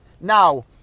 Now